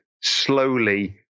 slowly